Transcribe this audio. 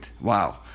Wow